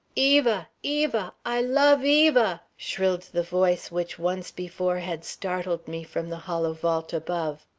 eva! eva! i love eva! shrilled the voice which once before had startled me from the hollow vault above.